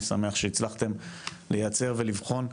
אני שמח שהצלחתם לייצר ולבחון.